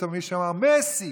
פתאום מישהו אמר: מסי.